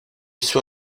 suo